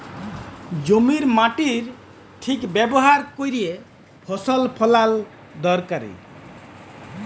জমির মাটির ঠিক ব্যাভার ক্যইরে ফসল ফলাল দরকারি